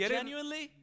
genuinely